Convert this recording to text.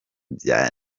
bya